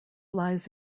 lies